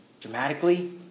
dramatically